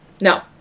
No